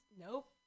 Nope